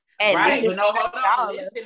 right